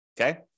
Okay